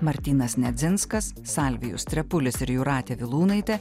martynas nedzinskas salvijus trepulis ir jūratė vilūnaitė